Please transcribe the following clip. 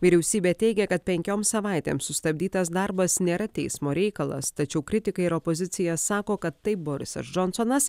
vyriausybė teigia kad penkioms savaitėms sustabdytas darbas nėra teismo reikalas tačiau kritikai ir opozicija sako kad taip borisas džonsonas